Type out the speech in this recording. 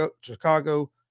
Chicago